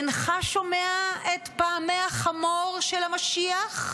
אינך שומע את פעמי החמור של המשיח?